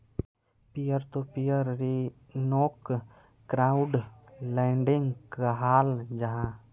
peer to peer ऋन्नोक crowd lending कहाल जाहा